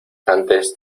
antes